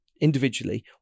individually